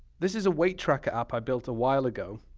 this is a weight truck app i built a while ago.